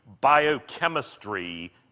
biochemistry